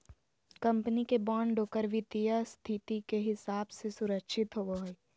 company के bond ओकर वित्तीय स्थिति के हिसाब से सुरक्षित होवो हइ